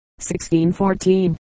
1614